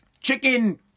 Chicken